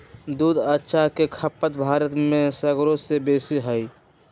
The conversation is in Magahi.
दूध आ चाह के खपत भारत में सगरो से बेशी हइ